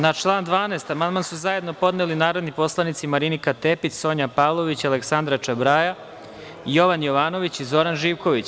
Na član 12. amandman su zajedno podneli narodni poslanici Marinika Tepić, Sonja Pavlović, Aleksandra Čabraja, Jovan Jovanović i Zoran Živković.